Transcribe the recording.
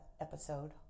episode